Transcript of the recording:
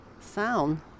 sound